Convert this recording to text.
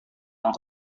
yang